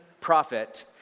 prophet